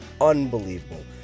unbelievable